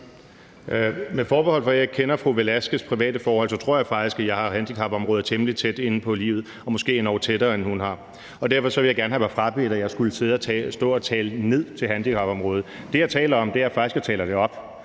Med forbehold for, at jeg ikke kender fru Victoria Velasquez' private forhold, tror jeg faktisk, at jeg har handicapområdet temmelig tæt inde på livet og måske endog tættere, end hun har. Og derfor vil jeg gerne have mig frabedt, at jeg skulle stå og tale ned til handicapområdet. Det, jeg taler om, er faktisk, at jeg taler det op,